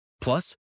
Plus